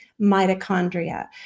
mitochondria